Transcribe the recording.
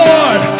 Lord